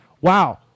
Wow